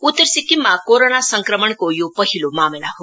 उत्तर सिक्किममा कोरोना संक्रमणको यो पहिलो मामला हो